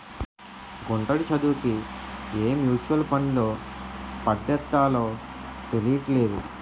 గుంటడి చదువుకి ఏ మ్యూచువల్ ఫండ్లో పద్దెట్టాలో తెలీట్లేదు